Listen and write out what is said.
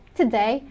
today